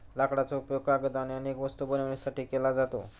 लाकडाचा उपयोग कागद आणि अनेक वस्तू बनवण्यासाठी केला जातो